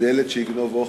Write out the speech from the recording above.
זה ילד שיגנוב אוכל,